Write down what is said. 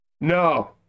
No